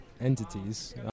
entities